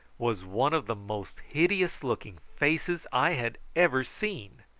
was one of the most hideous-looking faces i had ever seen.